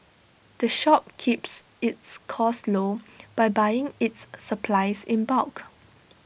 the shop keeps its costs low by buying its supplies in bulk